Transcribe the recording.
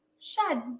Shed